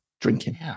drinking